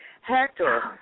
Hector